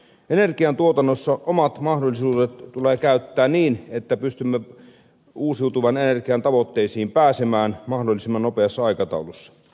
energiantuotannossa omat mahdollisuudet tulee käyttää niin että pystymme uusiutuvan energian tavoitteisiin pääsemään mahdollisimman nopeassa aikataulussa